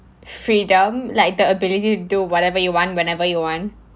freedom like the ability to do whatever you want whenever you want